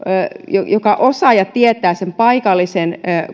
joka osaa ja tietää sen paikallisen